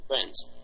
Friends